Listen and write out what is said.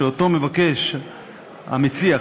שאותו מבקש המציע,